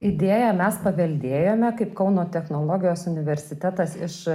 idėją mes paveldėjome kaip kauno technologijos universitetas iš